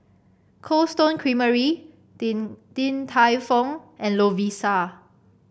Cold Stone Creamery Din Din Tai Fung and Lovisa